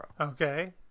Okay